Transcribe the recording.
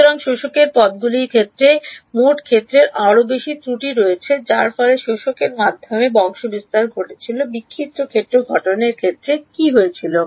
সুতরাং শোষকের পদগুলির ক্ষেত্রে মোট ক্ষেত্রের আরও বেশি ত্রুটি রয়েছে যার ফলে শোষকের মাধ্যমে বংশ বিস্তার ঘটেছিল বিক্ষিপ্ত ক্ষেত্র গঠনের কি হয়েছিল